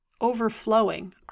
overflowing